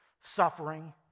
suffering